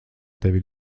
tevi